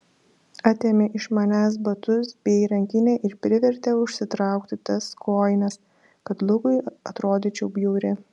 atėmė iš manęs batus bei rankinę ir privertė užsitraukti tas kojines kad lukui atrodyčiau bjauri